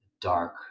Dark